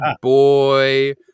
boy